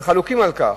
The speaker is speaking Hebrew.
וחלוקים על כך,